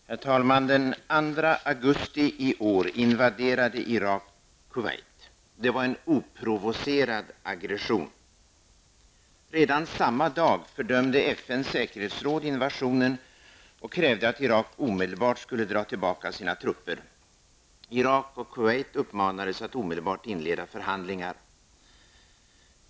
Herr talman! Den 2 augusti i år invaderades Kuwait av Irak. Det var en oprovocerad aggression. Redan samma dag fördömde FNs säkerhetsråd invasionen och krävde att Irak omedelbart skulle dra tillbaka sina trupper. Irak och Kuwait uppmanades att omedelbart inleda förhandlingar.